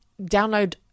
download